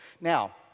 Now